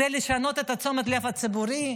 כדי לשנות את תשומת הלב הציבורית,